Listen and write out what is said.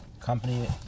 company